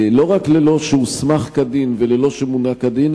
לא רק שלא הוסמך כדין ושלא מונה כדין,